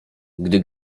gdy